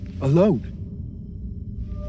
Alone